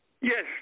Yes